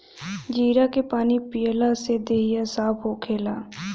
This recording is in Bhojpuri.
जीरा के पानी पियला से देहि साफ़ होखेला